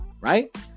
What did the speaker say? right